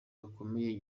gakomeye